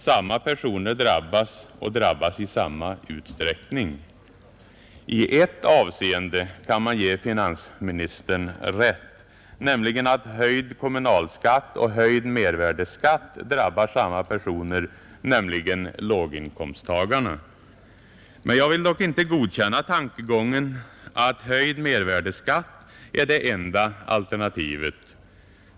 Samma personer drabbas och drabbas i samma utsträckning.” I ett avseende kan man ge finansministern rätt, nämligen att höjd kommunalskatt och höjd mervärdeskatt drabbar samma personer — låginkomsttagarna. Jag vill dock inte godkänna tankegången att höjd mervärdeskatt är det enda alternativet.